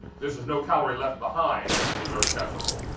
this is no calorie left behind dessert casserole.